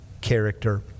character